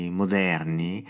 moderni